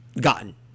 Gotten